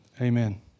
amen